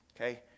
Okay